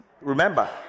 Remember